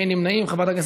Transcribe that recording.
הוראת שעה) (עוזר בטיחות),